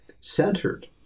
centered